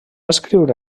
escriure